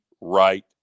right